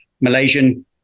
Malaysian